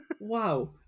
Wow